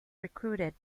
recruited